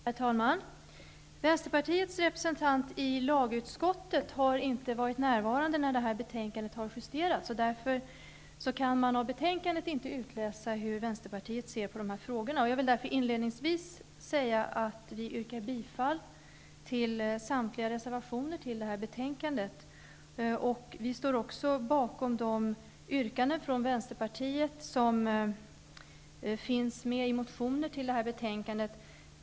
Herr talman! Vänsterpartiets representant i lagutskottet var inte närvarande när det här betänkandet justerades. Därför kan man av betänkandet inte utläsa hur vänsterpartiet ser på de här frågorna. Jag vill därför inledningsvis säga att vi yrkar bifall till samtliga reservationer till betänkandet. Vi står också bakom de yrkanden från vänsterpartiet som finns med i motioner som behandlas i betänkandet.